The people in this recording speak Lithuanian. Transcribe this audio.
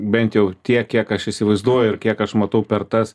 bent jau tiek kiek aš įsivaizduoju ir kiek aš matau per tas